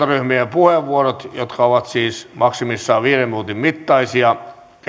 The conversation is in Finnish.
puheenvuorot jotka ovat siis maksimissaan viiden minuutin mittaisia